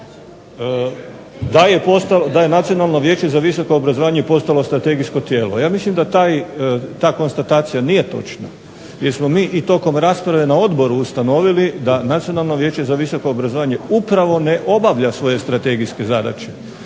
Da je Nacionalno vijeće za visoko obrazovanje postalo strategijsko tijelo. Ja mislim da ta konstatacija nije točna jer smo mi i tokom rasprave na odboru ustanovili da Nacionalno vijeće za visoko obrazovanje upravo ne obavlja svoje strategijske zadaće.